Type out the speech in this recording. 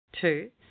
two